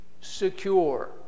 secure